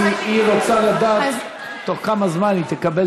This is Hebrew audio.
היא רוצה לדעת בתוך כמה זמן היא תקבל